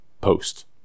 post